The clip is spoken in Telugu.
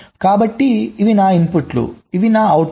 కాబట్టి ఇవి నా ఇన్పుట్లు ఇవి నా అవుట్పుట్లు